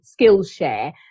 skillshare